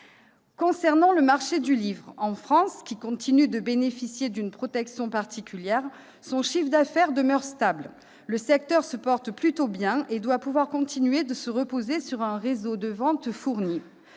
Concernant le marché du livre en France, qui continue de bénéficier d'une protection particulière, son chiffre d'affaires demeure stable. Le secteur se porte plutôt bien et doit pouvoir continuer de se reposer sur un réseau de vente fourni.